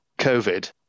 covid